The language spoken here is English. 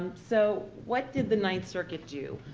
so what did the ninth circuit do?